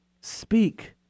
speak